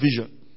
vision